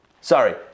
sorry